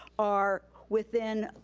are within,